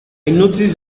notice